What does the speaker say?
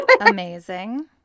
Amazing